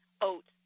oats